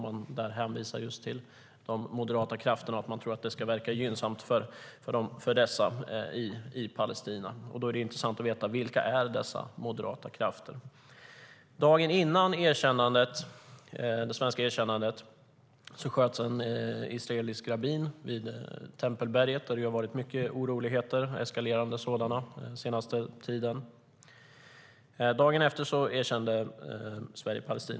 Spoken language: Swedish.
Man hänvisar just till de moderata krafterna och tror att erkännandet ska verka gynnsamt för dessa i Palestina. Då är det intressant att veta vilka dessa moderata krafter är. Dagen före det svenska erkännandet sköts en israelisk rabbin vid Tempelberget, där det har varit mycket oroligheter, eskalerande sådana, den senaste tiden. Dagen efter erkände Sverige Palestina.